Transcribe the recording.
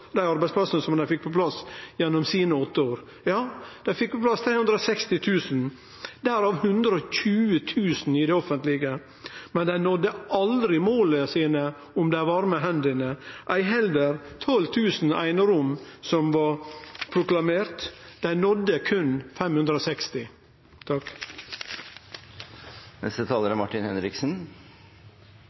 dei 360 000 arbeidsplassane som Arbeidarpartiet fekk på plass gjennom sine åtte år: Ja, dei fekk på plass 360 000, derav 120 000 i det offentlege, men dei nådde aldri måla sine om dei varme hendene, ei heller 12 000 einerom, som var proklamert. Dei nådde berre 560.